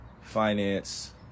finance